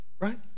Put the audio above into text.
Right